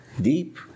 deep